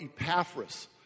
Epaphras